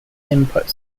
input